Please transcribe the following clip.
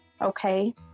Okay